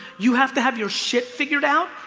you have to have your shit figured out,